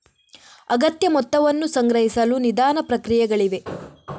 ಅಗತ್ಯ ಮೊತ್ತವನ್ನು ಸಂಗ್ರಹಿಸಲು ನಿಧಾನ ಪ್ರಕ್ರಿಯೆಗಳಿವೆ